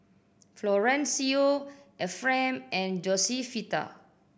Florencio Efrem and Josefita